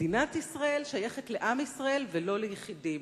מדינת ישראל שייכת לעם ישראל ולא ליחידים.